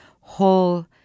whole